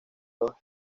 los